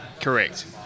Correct